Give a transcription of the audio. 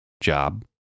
job